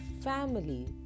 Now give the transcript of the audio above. family